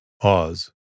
Oz